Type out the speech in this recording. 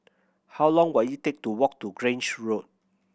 how long will it take to walk to Grange Road